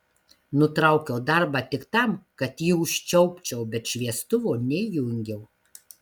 nutraukiau darbą tik tam kad jį užčiaupčiau bet šviestuvo neįjungiau